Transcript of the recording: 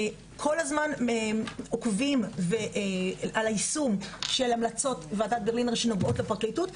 אנחנו כל הזמן עוקבים אחר יישום המלצות ועדת ברלינר שנוגעות לפרקליטות,